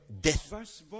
death